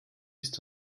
ist